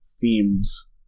themes